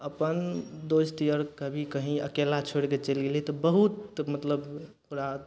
अपन दोस्त यार कभी कहीं अकेला छोड़िके चलि गेलियै तऽ बहुत तऽ मतलब ओकरा